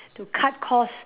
to cut cost